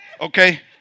okay